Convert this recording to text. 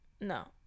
no